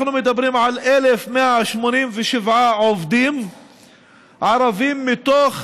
אנחנו מדברים על 1,187 עובדים ערבים מתוך